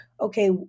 okay